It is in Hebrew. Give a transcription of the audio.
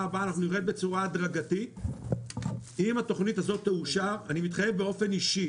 הבאה אנחנו נרד בצורה הדרגתית אם התוכנית תאושר אני מתחייב באופן אישי